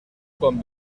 con